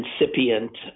incipient